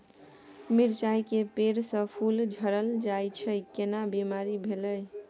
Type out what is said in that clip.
मिर्चाय के पेड़ स फूल झरल जाय छै केना बीमारी भेलई?